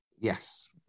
Yes